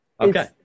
Okay